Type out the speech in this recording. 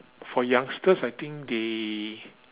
for youngsters I think they